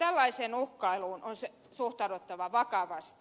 tällaiseen uhkailuun on suhtauduttava vakavasti